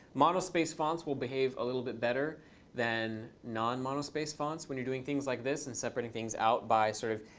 monospace fonts will behave a little bit better than non-monospace fonts when you're doing things like this and separating things out by sort of